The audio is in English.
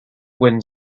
win